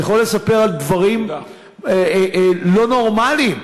אני יכול לספר על דברים לא נורמליים,